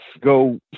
go